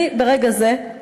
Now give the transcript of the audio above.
אני ברגע זה,